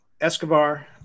Escobar